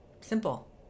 Simple